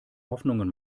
hoffnungen